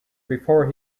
before